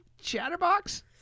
chatterbox